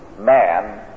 man